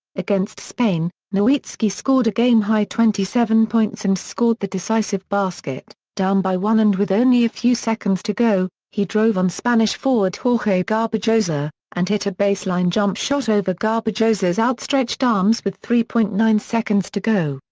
against spain, nowitzki scored a game-high twenty seven points and scored the decisive basket down by one and with only a few seconds to go, he drove on spanish forward jorge garbajosa, and hit a baseline jump shot over garbajosa's outstretched arms with three point nine seconds to go.